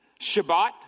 Shabbat